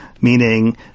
meaning